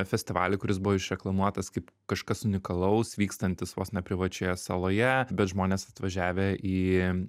festivalį kuris buvo išreklamuotas kaip kažkas unikalaus vykstantis vos ne privačioje saloje bet žmonės atvažiavę į